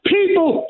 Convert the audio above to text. People